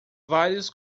vários